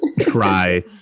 try